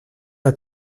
are